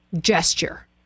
gesture